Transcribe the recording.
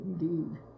indeed